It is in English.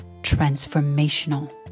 transformational